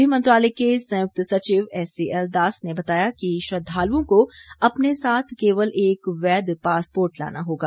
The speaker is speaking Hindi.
गृह मंत्रालय के संयुक्त सचिव एससीएल दास ने बताया कि श्रद्वालुओं को अपने साथ केवल एक वैध पासपोर्ट लाना होगा